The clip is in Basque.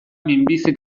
minbizi